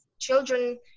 children